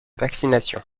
vaccination